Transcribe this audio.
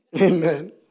Amen